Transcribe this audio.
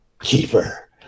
Keeper